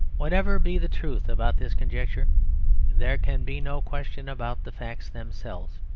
whatever be the truth about this conjecture there can be no question about the facts themselves.